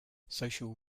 social